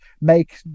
make